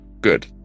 good